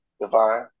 Divine